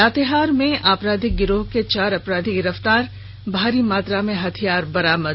लातेहार में आपराधिक गिरोह के चार अपराधी गिरफ्तार भारी मात्रा में हथियार बरामद